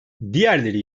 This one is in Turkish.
diğerleri